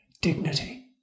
dignity